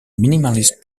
minimalist